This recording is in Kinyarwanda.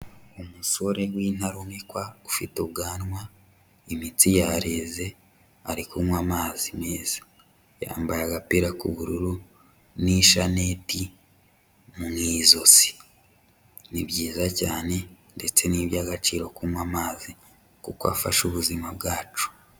Umusore w'intarumikwa, ufite ubwanwa, imitsi yareze, ari kunywa amazi meza, yambaye agapira k'ubururu n'ishaneti mu ijosi, ni byiza cyane ndetse n'iby'agaciro kunywa amazi kuko afasha ubuzima bwacu.